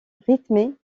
rythmée